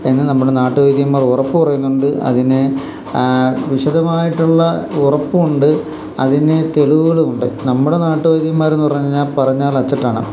പിന്നെ നമ്മുടെ നാട്ടുവൈദ്യന്മാർ ഉറപ്പു പറയുന്നുണ്ട് അതിനു വിശദമായിട്ടുള്ള ഉറപ്പുണ്ട് അതിനു തെളിവുകളുമുണ്ട് നമ്മുടെ നാട്ടുുവൈദ്യന്മാരെന്നു പറഞ്ഞുകഴിഞ്ഞാല് പറഞ്ഞാൽ അച്ചട്ടാണ്